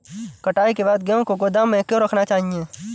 कटाई के बाद गेहूँ को गोदाम में क्यो रखना चाहिए?